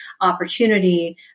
opportunity